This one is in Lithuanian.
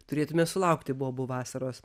turėtume sulaukti bobų vasaros